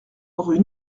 rue